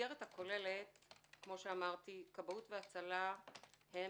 במסגרת הכוללת כאמור כבאות והצלה הם